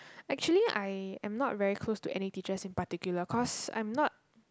actually I am not very close to any teachers in particular because I'm not